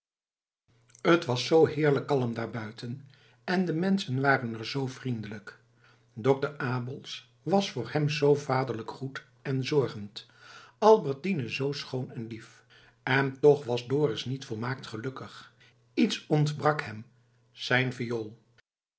t was zoo heerlijk kalm daarbuiten en de menschen waren er zoo vriendelijk dokter abels was voor hem zoo vaderlijk goed en zorgend albertine zoo schoon en lief en toch was dorus niet volmaakt gelukkig iets ontbrak hem zijn viool